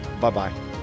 Bye-bye